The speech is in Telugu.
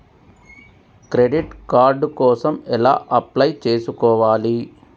క్రెడిట్ కార్డ్ కోసం ఎలా అప్లై చేసుకోవాలి?